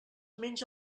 menja